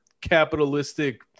capitalistic